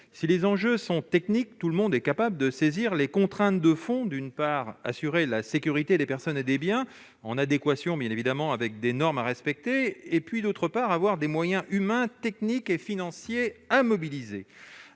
Si les enjeux sont techniques, tout le monde est capable de saisir les contraintes de fond : d'une part, assurer la sécurité des personnes et des biens, en adéquation, bien sûr, avec les normes en vigueur ; d'autre part, disposer de moyens humains, techniques et financiers à mobiliser.